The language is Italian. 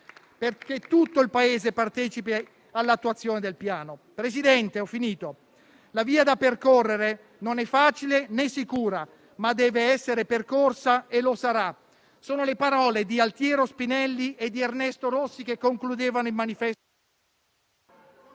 affinché tutto il Paese partecipi all'attuazione del piano. Signor Presidente del Consiglio, la via da percorrere non è facile né sicura, ma deve essere percorsa e lo sarà. Sono le parole di Altiero Spinelli ed Ernesto Rossi che concludevano il Manifesto...